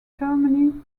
germany